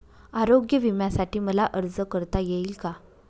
आरोग्य विम्यासाठी मला अर्ज करता येईल का?